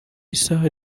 isaha